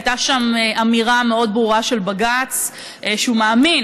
הייתה שם אמירה מאוד ברורה של בג"ץ שהוא מאמין